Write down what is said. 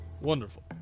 Wonderful